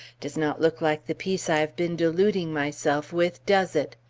does not look like the peace i have been deluding myself with, does it?